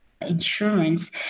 insurance